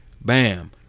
bam